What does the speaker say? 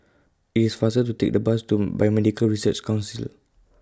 IT IS faster to Take The Bus to Biomedical Research Council